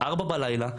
04:00 בלילה.